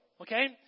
Okay